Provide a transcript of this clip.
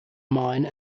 mine